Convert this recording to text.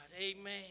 Amen